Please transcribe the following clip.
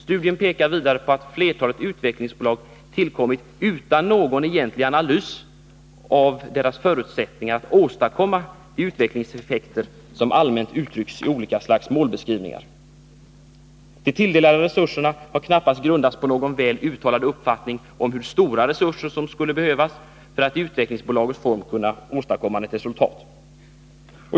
Studien pekar vidare på att flertalet utvecklingsbolag tillkommit utan någon egentlig analys av deras förutsättningar att åstadkomma de utvecklingseffekter som allmänt uttrycks i olika slags målbeskrivningar. De tilldelade resurserna har knappast grundats på någon väl uttalad uppfattning om hur stora resurser som skulle behövas för att i utvecklingsbolagets form kunna åstadkomma något resultat.